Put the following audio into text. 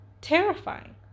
terrifying